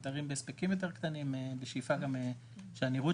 אתרים בהספקים יותר קטנים בשאיפה שהניראות